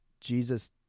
Jesus